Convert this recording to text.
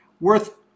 Worth